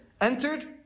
entered